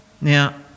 Now